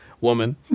woman